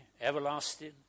everlasting